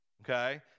okay